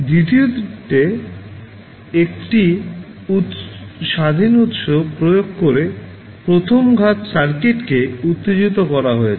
দ্বিতীয়টিতে একটি স্বাধীন উৎস প্রয়োগ করে প্রথম ঘাত সার্কিটকে উত্তেজিত করা হয়েছে